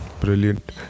brilliant